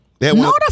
No